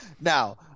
Now